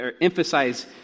emphasize